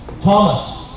Thomas